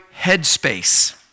headspace